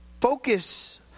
focus